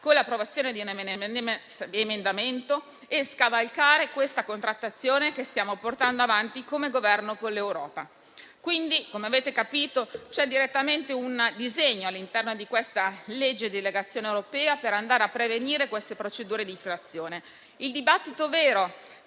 con l'approvazione di un emendamento e scavalcare la contrattazione che il Governo sta portando avanti con l'Europa. Quindi, come avrete capito, c'è direttamente un disegno all'interno di questa legge di delegazione europea per prevenire queste procedure di infrazione. Il dibattito vero